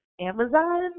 Amazon